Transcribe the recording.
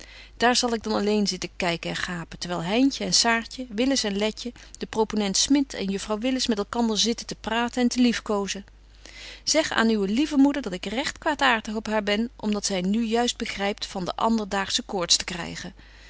daar zal ik dan alleen zitten kyken en gapen terwyl heintje en saartje willis en letje de probetje wolff en aagje deken historie van mejuffrouw sara burgerhart ponent smit en juffrouw willis met elkander zitten te praten en te liefkozen zeg aan uwe lieve moeder dat ik regt kwaadaartig op haar ben om dat zy nu juist begrypt van de anderdaagsche koorts te krygen